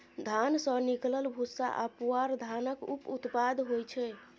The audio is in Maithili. धान सँ निकलल भूस्सा आ पुआर धानक उप उत्पाद होइ छै